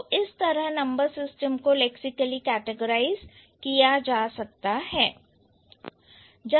तो इस तरह नंबर सिस्टम को लैक्सिकली कैटिगराइज किया जा सकता है